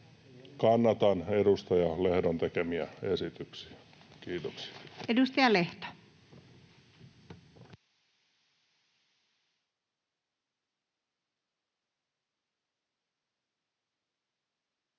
kannatan edustaja Lehdon tekemiä esityksiä. — Kiitoksia. Edustaja Lehto. Arvoisa